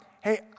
hey